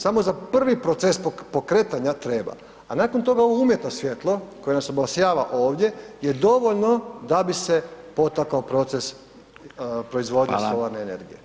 Samo za prvi proces pokretanja treba, a nakon toga ovo umjetno svjetlo koje nas obasjava ovdje je dovoljno da bi se potakao proces proizvodnje solarne energije.